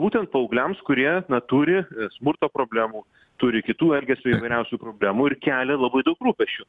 būtent paaugliams kurie na turi smurto problemų turi kitų elgesio įvairiausių problemų ir kelia labai daug rūpesčių